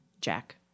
Jack